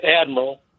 Admiral